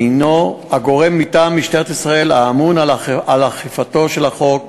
שהנו הגורם מטעם משטרת ישראל האמון על אכיפתו של החוק,